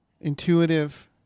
intuitive